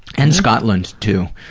and scotland too.